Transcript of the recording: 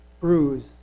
bruise